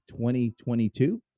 2022